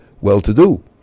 well-to-do